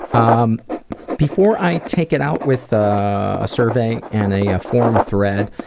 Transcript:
um before i take it out with a survey and a a forum thread,